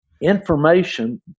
information